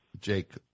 Jake